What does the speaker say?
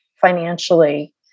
financially